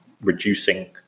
reducing